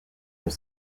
pour